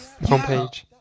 homepage